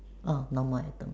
orh no more atom